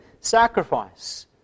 sacrifice